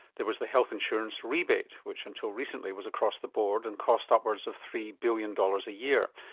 there was the health insurance rebate which until recently was across the board and cost upwards of three billion dollars a year.